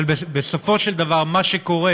אבל בסופו של דבר מה שקורה